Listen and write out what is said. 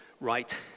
right